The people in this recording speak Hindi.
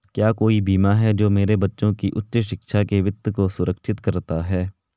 क्या कोई बीमा है जो मेरे बच्चों की उच्च शिक्षा के वित्त को सुरक्षित करता है?